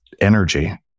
energy